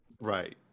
Right